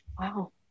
Wow